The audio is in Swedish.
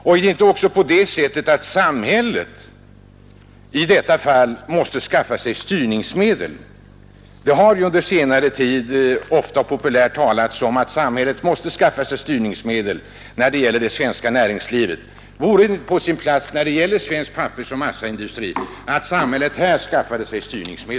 Och är det inte på det sättet att samhället i detta fall måste skaffa styrningsmedel? Under senare tid har det ju varit mycket populärt att tala om att samhället måste skaffa sig sådana styrningsmedel i det svenska näringslivet. Vore det inte på sin plats att samhället gjorde det när det gäller svensk pappersoch massaindustri?